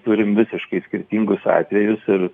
turim visiškai skirtingus atvejus ir